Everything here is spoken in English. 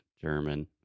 German